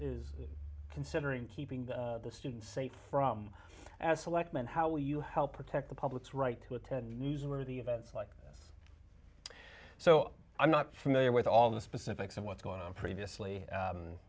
is considering keeping the students safe from as selectman how you help protect the public's right to attend newsworthy events like this so i'm not familiar with all the specifics of what's going on previously